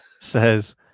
Says